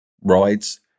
rides